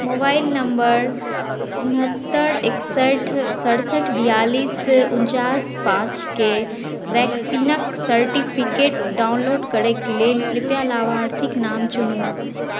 mobile number उनहत्तरि एकसठ सरसठ बियालिस उनचास पाँच के वैक्सीनक सर्टिफिकेट डाउनलोड करैक लेल कृपया लाभार्थीक नाम चुनू